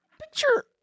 Picture